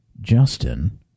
Justin